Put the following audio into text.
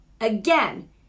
again